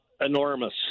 enormous